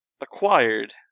acquired